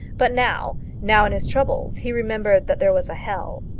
but now now in his troubles, he remembered that there was a hell.